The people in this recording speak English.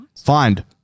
Find